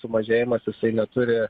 sumažėjimas jisai neturi